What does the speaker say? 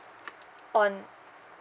on